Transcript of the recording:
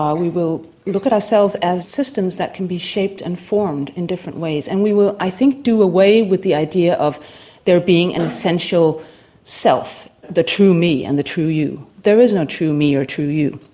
we will look at ourselves as systems that can be shaped and formed in different ways and we will, i think, do away with the idea of there being an essential self, the true me and the true you. there is no true me or true you,